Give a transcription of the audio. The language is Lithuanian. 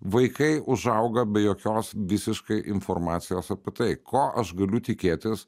vaikai užauga be jokios visiškai informacijos apie tai ko aš galiu tikėtis